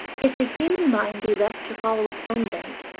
if the human mind be left to follow its own bent,